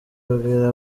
abwira